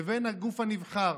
לבין הגוף הנבחר.